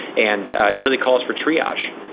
and ah it really calls for triage.